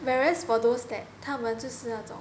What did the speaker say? whereas for those that 他们就是那种